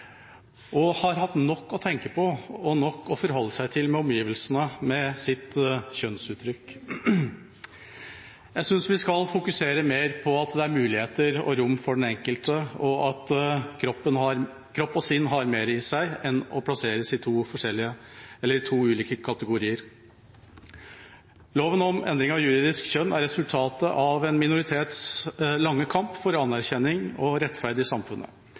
sinn har mer i seg enn å skulle plasseres i to ulike kategorier. Loven om endring av juridisk kjønn er resultatet av en minoritets lange kamp for anerkjennelse og rettferd i samfunnet.